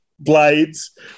Blades